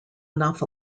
enough